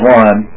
one